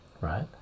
right